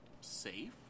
safe